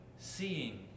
seeing